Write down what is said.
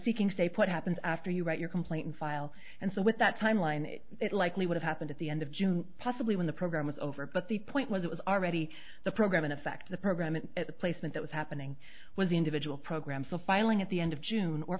seeking stay put happens after you write your complaint file and so with that timeline it likely would have happened at the end of june possibly when the program was over but the point was it was already the program in effect the program and placement that was happening with the individual programs of filing at the end of june or